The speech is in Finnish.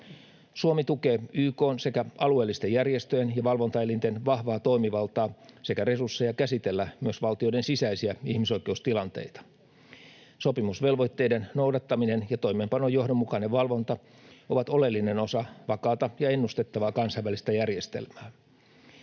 Suomi tukee YK:n sekä alueellisten järjestöjen ja valvontaelinten vahvaa toimivaltaa sekä resursseja käsitellä myös valtioiden sisäisiä ihmisoikeustilanteita. Sopimusvelvoitteiden noudattaminen ja toimeenpanon johdonmukainen valvonta ovat oleellinen osa vakaata ja ennustettavaa kansainvälistä järjestelmää.